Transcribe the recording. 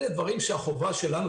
אלה דברים שהחובה שלנו,